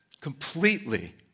completely